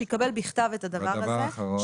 שיקבל בכתב את הדבר הזה.